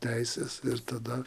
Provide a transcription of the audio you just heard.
teisės ir tada